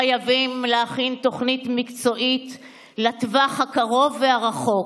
חייבים להכין תוכנית מקצועית לטווח הקצר ולטווח הארוך.